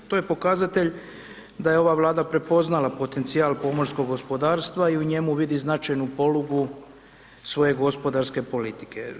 To je pokazatelj da je ova Vlada prepoznala potencijal pomorskog gospodarstva i u njemu vidi značajnu polugu svoje gospodarske politike.